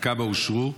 וכמה אושרו?